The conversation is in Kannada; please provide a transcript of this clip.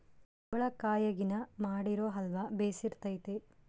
ಕುಂಬಳಕಾಯಗಿನ ಮಾಡಿರೊ ಅಲ್ವ ಬೆರ್ಸಿತತೆ